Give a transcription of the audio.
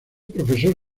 profesor